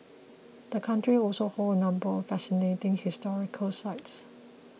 the country also holds a number of fascinating historical sites